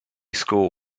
school